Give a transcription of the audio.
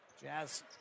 Jazz